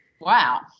Wow